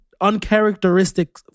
uncharacteristic